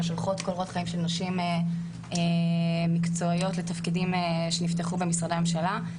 ושולחות קורות חיים של נשים מקצועיות לתפקידים שנפתחו במשרדי הממשלה.